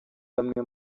bamwe